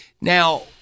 Now